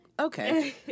Okay